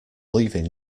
leaving